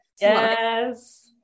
Yes